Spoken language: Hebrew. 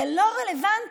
זה לא רלוונטי.